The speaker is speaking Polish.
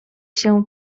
się